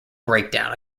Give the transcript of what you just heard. breakdown